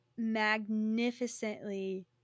Magnificently